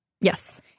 Yes